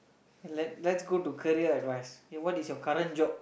let let's go to career advice okay what is your current job